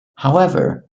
however